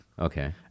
Okay